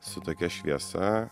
su tokia šviesa